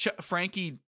Frankie